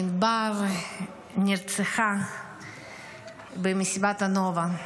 ענבר נרצחה במסיבת הנובה,